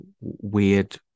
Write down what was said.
weird